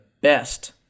best